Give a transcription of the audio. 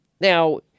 Now